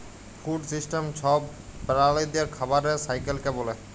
food system ছব প্রালিদের খাবারের সাইকেলকে ব্যলে